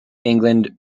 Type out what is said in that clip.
england